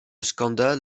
scandale